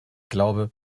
glaube